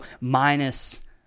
minus